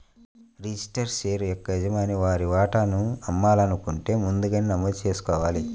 registered share యొక్క యజమాని వారి వాటాను అమ్మాలనుకుంటే ముందుగా నమోదు చేసుకోవాలి